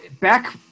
back